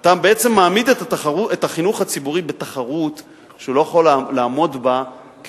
ואתה בעצם מעמיד את החינוך הציבורי בתחרות שהוא לא יכול לעמוד בה,